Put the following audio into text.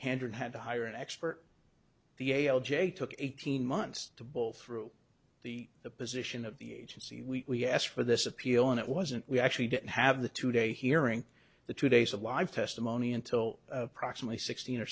hander and had to hire an expert the a l j took eighteen months to bowl through the the position of the agency we asked for this appeal and it wasn't we actually didn't have the two day hearing the two days of live testimony until proximately sixteen or